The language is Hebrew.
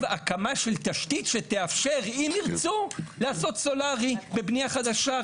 הקמה של תשתית שתאפשר אם ירצו לעשות סולרי בבנייה חדשה.